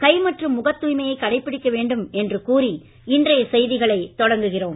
கை மற்றும் முகத் தூய்மையை கடைபிடிக்க வேண்டும் என்று இன்றைய செய்திகளை தொடங்குகிறோம்